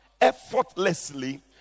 effortlessly